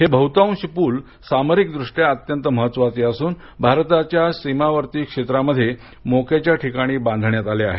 हे बहुतांश पूल सामरिकदृष्ट्या अत्यंत महत्त्वाचे असून भारताच्या सीमावर्ती क्षेत्रामध्ये मोक्याच्या ठिकाणी बांधण्यात आले आहेत